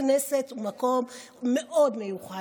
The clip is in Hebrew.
הכנסת היא מקום מאוד מיוחד.